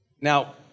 Now